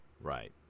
Right